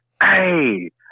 Hey